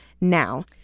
now